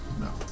No